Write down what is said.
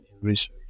research